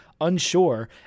unsure